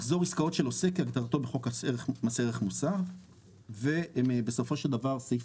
מחזור עסקאות כהגדרתו הוא מס ערך מוסף ובסופו של דבר סעיף